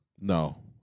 No